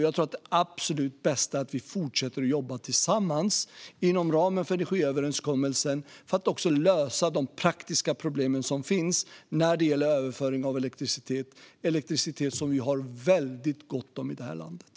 Jag tror att det absolut bästa är att vi fortsätter att jobba tillsammans inom ramen för energiöverenskommelsen för att lösa de praktiska problem som finns när det gäller överföring av elektricitet, som vi har väldigt gott om i det här landet.